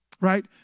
right